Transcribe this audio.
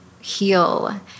heal